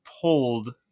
pulled